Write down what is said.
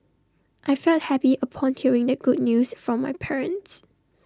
I felt happy upon hearing the good news from my parents